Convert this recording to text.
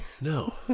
No